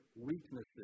Weaknesses